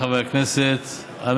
חבריי חברי הכנסת הנכבדים,